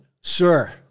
sir